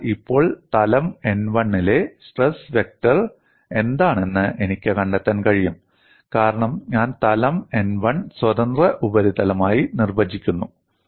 അതിനാൽ ഇപ്പോൾ തലം n1 ലെ സ്ട്രെസ് വെക്റ്റർ എന്താണെന്ന് എനിക്ക് കണ്ടെത്താൻ കഴിയും കാരണം ഞാൻ തലം n1 സ്വതന്ത്ര ഉപരിതലമായി നിർവചിക്കുന്നു